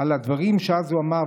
שאז אמר,